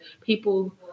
people